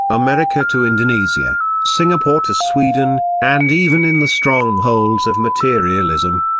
america to indonesia, singapore to sweden, and even in the strongholds of materialism,